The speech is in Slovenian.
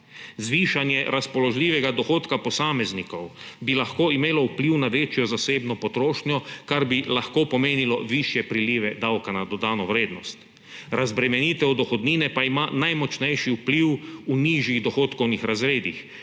Zvišanje razpoložljivega dohodka posameznikov bi lahko imelo vpliv na večjo zasebno potrošnjo, kar bi lahko pomenilo višje prilive davka na dodano vrednost. Razbremenitev dohodnine pa ima najmočnejših vpliv v nižjih dohodkovnih razredih,